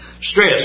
Stress